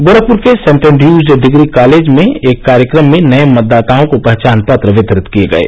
गोरखप्र के saint Andrew's degree college में एक कार्यक्रम में नये मतदाताओं को पहचान पत्र वितरित किये गये